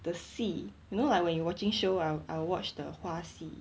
the 戏 you know like when you watching show I'll I'll watch the 花絮